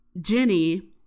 Jenny